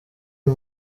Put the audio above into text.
uyu